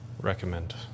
recommend